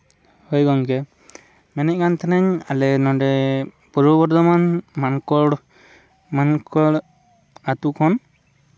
ᱦᱳᱭ ᱜᱚᱢᱠᱮ ᱢᱮᱱᱮᱫ ᱠᱟᱱ ᱛᱟᱦᱮᱱᱤᱧ ᱟᱞᱮ ᱱᱚᱸᱰᱮ ᱯᱩᱨᱵᱚ ᱵᱚᱨᱫᱷᱚᱢᱟᱱ ᱢᱟᱱᱠᱚᱲ ᱢᱟᱱᱠᱚᱲ ᱟᱹᱛᱩ ᱠᱷᱚᱱ